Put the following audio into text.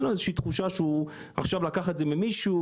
אין לו תחושה שהוא עכשיו לקח ממישהו,